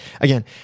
again